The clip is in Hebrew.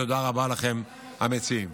תודה רבה לכם, המציעים.